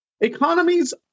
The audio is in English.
Economies